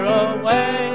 away